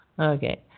Okay